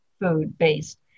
food-based